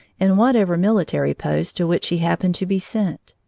in whatever military post to which he happened to be sent.